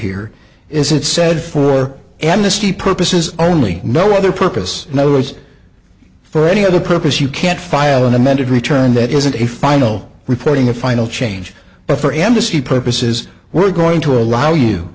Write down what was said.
here is it said for amnesty purposes only no other purpose no as for any other purpose you can't file an amended return that isn't a final reporting a final change but for embassy purposes we're going to allow you